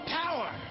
power